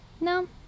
No